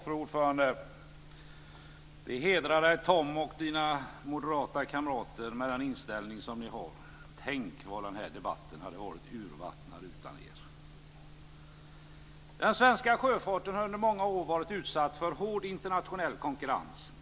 Fru talman! Det hedrar Tom och hans moderata kamrater att de har den inställning som de har. Tänk vad denna debatt hade varit urvattnad utan er! Den svenska sjöfarten har under många år varit utsatt för hård internationell konkurrens.